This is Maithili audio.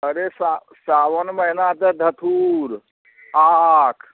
अरे स साओन महिना तऽ धथूर आक